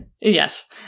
Yes